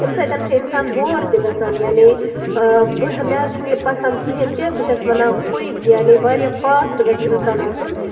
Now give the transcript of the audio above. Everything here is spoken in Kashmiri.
تَمہِ سۭتۍ چھُ اِنسان بور تہِ گژھان یعنی بہٕ مےٚ حظ چھُنہٕ یہِ پَسنٛد کِہیٖنۍ تہِ بہٕ چھَس وَنان کُیکۍ یعنی فاسٹہٕ گژھِ اِنسان آسُن